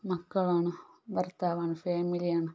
മക്കളാണ് ഭർത്താവാണ് ഫാമിലിയാണ്